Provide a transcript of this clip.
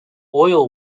oil